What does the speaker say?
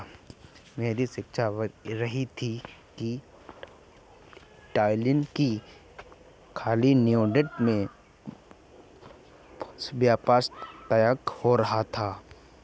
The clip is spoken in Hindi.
मेरी शिक्षिका बता रही थी कि ट्यूलिप की खेती नीदरलैंड में व्यापक तौर पर होती है